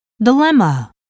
dilemma